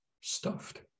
stuffed